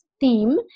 theme